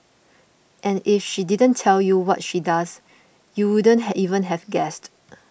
and if she didn't tell you what she does you wouldn't have even have guessed